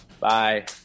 Bye